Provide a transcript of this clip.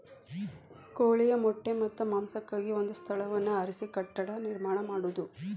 ಕೋಳಿಯ ಮೊಟ್ಟೆ ಮತ್ತ ಮಾಂಸಕ್ಕಾಗಿ ಒಂದ ಸ್ಥಳವನ್ನ ಆರಿಸಿ ಕಟ್ಟಡಾ ನಿರ್ಮಾಣಾ ಮಾಡುದು